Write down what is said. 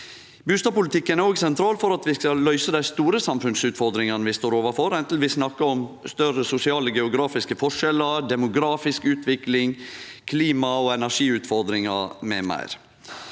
Bustadpolitikken er òg sentral for at vi skal løyse dei store samfunnsutfordringane vi står overfor, anten vi snakkar om større sosiale og geografiske forskjellar, demografisk utvikling, klima- og energiutfordringar m.m.